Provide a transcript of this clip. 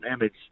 image